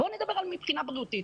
בואו נדבר מבחינה בריאותית.